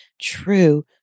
true